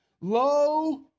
Lo